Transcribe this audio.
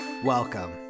Welcome